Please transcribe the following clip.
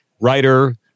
writer